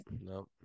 no